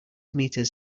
meters